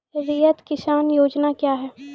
रैयत किसान योजना क्या हैं?